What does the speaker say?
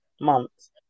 months